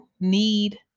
need